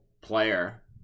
player